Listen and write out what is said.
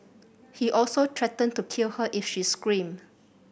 he also threatened to kill her if she screamed